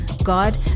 God